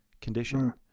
condition